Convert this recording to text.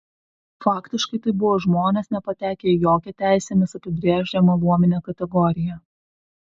faktiškai tai buvo žmonės nepatekę į jokią teisėmis apibrėžiamą luominę kategoriją